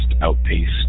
outpaced